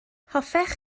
hoffech